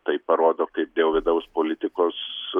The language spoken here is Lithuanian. tai parodo kaip dėl vidaus politikos